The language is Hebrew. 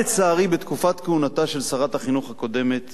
לצערי, תקופת כהונתה של שרת החינוך הקודמת,